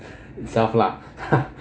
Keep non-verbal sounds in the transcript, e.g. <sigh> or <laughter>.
itself lah <laughs>